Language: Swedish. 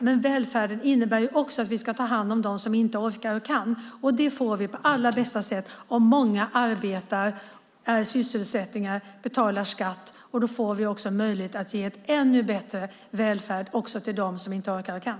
Men välfärden innebär också att vi ska ta hand om dem som inte orkar och kan, och det får vi på allra bästa sätt om många arbetar, är sysselsatta och betalar skatt. Då får vi också möjlighet att ge ännu bättre välfärd till dem som inte orkar och kan.